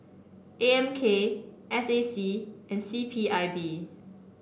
A M K S A C and C P I B